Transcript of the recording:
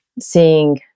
seeing